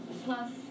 Plus